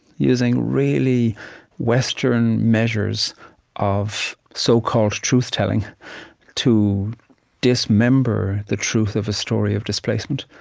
using really western measures of so-called truth-telling to dismember the truth of a story of displacement.